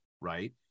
right